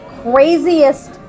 craziest